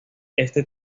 este